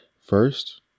First